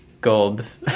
gold